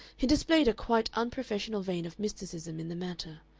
he displayed a quite unprofessional vein of mysticism in the matter.